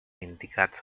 indicats